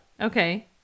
Okay